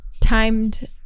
timed